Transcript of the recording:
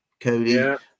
cody